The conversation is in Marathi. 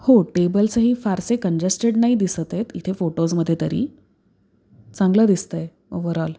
हो टेबल्सही फारसे कंजस्टेड नाही दिसत आहेत इथे फोटोजमध्ये तरी चांगलं दिसत आहे ओव्हरऑल